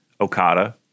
Okada